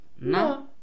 No